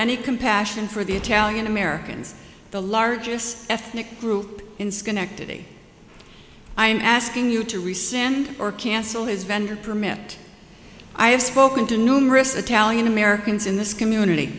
any compassion for the italian americans the largest ethnic group in schenectady i am asking you to rescind or cancel his vendor permit i have spoken to numerous the talent americans in this community